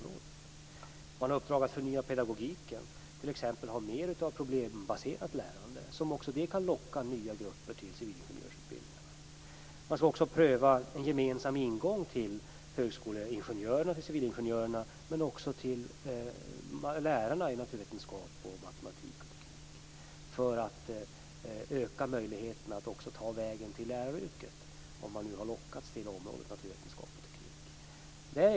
Man har också i uppdrag att förnya pedagogiken, t.ex. genom mer av problembaserat lärande, som också det kan locka nya grupper till civilingenjörsutbildningarna. Man skall också pröva en gemensam ingång för högskole och civilingenjörer och för lärare i naturvetenskap, matematik och teknik för att öka möjligheterna för dem som har lockats till området naturvetenskap och teknik att ta vägen till läraryrket.